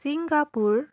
Singapore